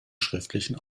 schriftlichen